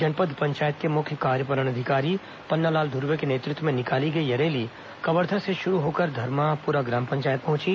जनपद पंचायत के मुख्य कार्यपालन अधिकारी पन्नालाल धुर्वे के नेतृत्व में निकाली गई यह रैली कवर्धा से शुरू होकर धरमापुरा ग्राम पंचायत पहुंची